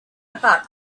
about